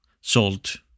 Salt